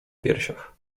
piersiach